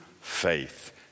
faith